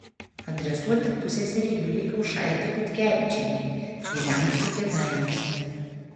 adresuoti pusseserei julei kaušaitei kutkevičienei gyvenusiai kėdainiuose